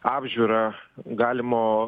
apžiūrą galimo